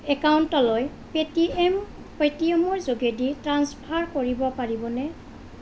একাউণ্টটোলৈ পে'টিএম পে'টিএমৰ যোগেদি ট্ৰাঞ্চফাৰ কৰিব পাৰিবনে